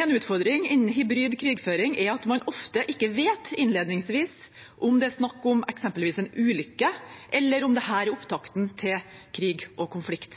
En utfordring innen hybrid krigføring er at man ofte ikke vet innledningsvis om det er snakk om eksempelvis en ulykke eller om det er opptakten til krig og konflikt.